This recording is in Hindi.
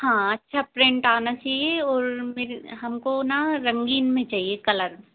हाँ अच्छा प्रिन्ट आना चाहिए और मेरे हमको ना रंगीन में चाहिए कलर